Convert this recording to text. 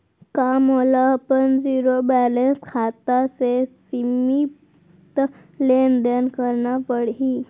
का मोला अपन जीरो बैलेंस खाता से सीमित लेनदेन करना पड़हि?